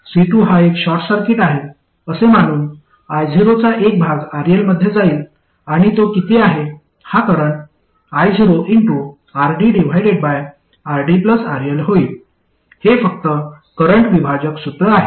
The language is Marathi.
C2 हा एक शॉर्ट सर्किट आहे असे मानून io चा एक भाग RL मध्ये जाईल आणि तो किती आहे हा करंट ioRDRDRL होईल हे फक्त करंट विभाजक सूत्र आहे